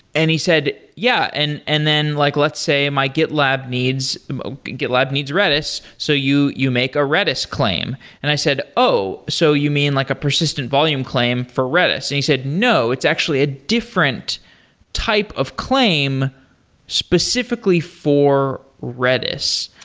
and he said, yeah. and and then like let's say my gitlab needs gitlab needs redis. so you you make a redis claim. and i said, oh! so you mean like a persistent volume claim for redis? and he said, no. it's actually ah different type of claim specifically for redis.